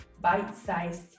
bite-sized